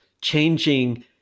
changing